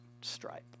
stripe